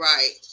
Right